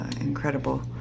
incredible